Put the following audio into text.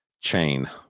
chain